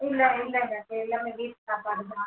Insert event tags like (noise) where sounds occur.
இல்லை இல்லைங்க (unintelligible) வீட்டு சாப்பாடு தான்